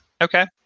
Okay